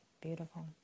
beautiful